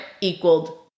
equaled